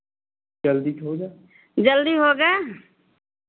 जल्दी होगा